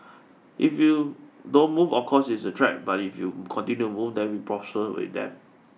if you don't move of course it's a threat but if you continue to move then we prosper with them